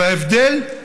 ההבדל: